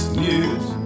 news